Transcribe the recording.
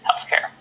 healthcare